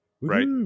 right